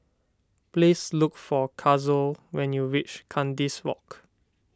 please look for Kazuo when you reach Kandis Walk